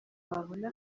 babona